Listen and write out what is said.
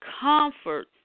comfort